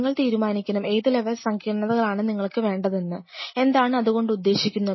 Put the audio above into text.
നിങ്ങൾ തീരുമാനിക്കണം ഏതു ലെവൽ സങ്കീർണതകളാണ് നിങ്ങൾക്ക് വേണ്ടതെന്ന് എന്താണ് അതുകൊണ്ട് ഉദ്ദേശിക്കുന്നത്